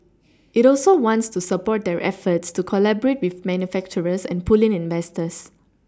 it also wants to support their efforts to collaborate with manufacturers and pull in investors